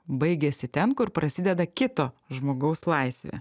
baigiasi ten kur prasideda kito žmogaus laisvė